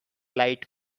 light